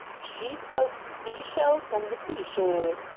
she sells sea-shells on the sea-shore,